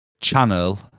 channel